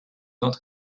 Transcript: not